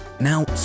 Now